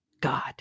God